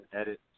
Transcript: edit